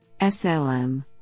SLM